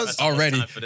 already